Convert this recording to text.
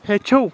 ہیٚچھِو